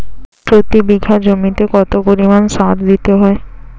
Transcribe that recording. প্রতি বিঘা জমিতে কত পরিমাণ সার দিতে হয়?